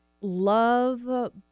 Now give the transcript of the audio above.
love